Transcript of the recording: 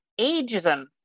ageism